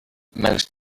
most